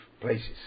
places